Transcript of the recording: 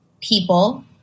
people